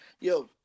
Yo